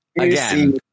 again